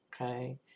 Okay